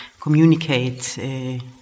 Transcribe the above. communicate